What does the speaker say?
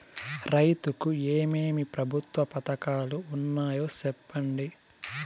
రైతుకు ఏమేమి ప్రభుత్వ పథకాలు ఉన్నాయో సెప్పండి?